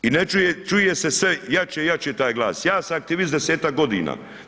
I ne čuje, čuje se sve jače i jače taj glas, ja sam aktivist 10-tak godina.